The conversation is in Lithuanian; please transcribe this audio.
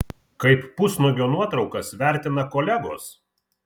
kaip pusnuogio nuotraukas vertina kolegos